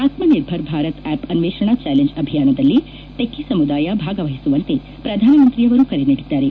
ಆತ್ತನಿರ್ಭರ್ ಭಾರತ್ ಆಸ್ಟ್ ಅನ್ನೇಷಣಾ ಚಾಲೆಂಜ್ ಅಭಿಯಾನದಲ್ಲಿ ಟೆಕ್ಕಿ ಸಮುದಾಯ ಭಾಗವಹಿಸುವಂತೆ ಪ್ರಧಾನಮಂತ್ರಿಯವರು ಕರೆ ನೀಡಿದ್ದಾರೆ